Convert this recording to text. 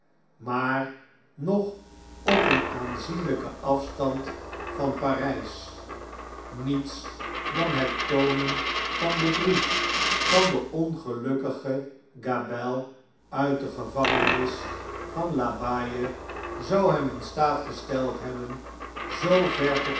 maar nog op een aanzienlh'ken afstand van p a r ij s mets dan het toonen van den brief van den ongelukkigen gabelle uit de gevangenis van la b e zou hem in staat gesteld hebben